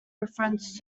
reference